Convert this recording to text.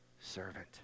servant